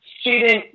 student